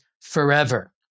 forever